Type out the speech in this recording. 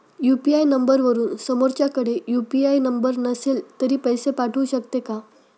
UPI नंबरवरून समोरच्याकडे UPI number नसेल तरी पैसे पाठवू शकते का?